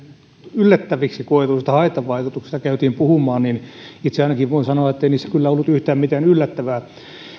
yllättäviksi koetuista haittavaikutuksista käytiin puhumaan niin itse ainakin voin sanoa ettei niissä kyllä ollut yhtään mitään yllättävää